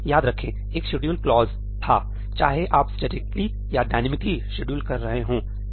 याद रखें एक 'शेड्यूल' क्लॉज 'schedule' clause था चाहे आप स्टेटिकली या डायनामिकली शेड्यूल कर रहे हों ठीक है